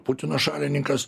putino šalininkas